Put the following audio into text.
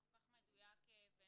כל כך מדויק ונכון.